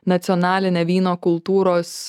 nacionaline vyno kultūros